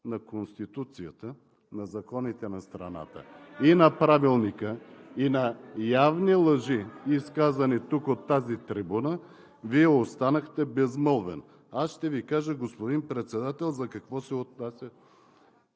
на Конституцията, на законите на страната и на Правилника, и на явни лъжи, изказани тук от тази трибуна, Вие останахте безмълвен. Аз ще Ви кажа, господин Председател, за какво се отнася